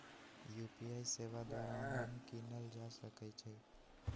UPI सेवा द्वारा online कीनल जा सकइ छइ